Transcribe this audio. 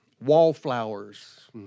wallflowers